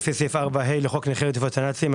לפי סעיף 4ה לחוק נכי רדיפות הנאצים,